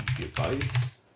Device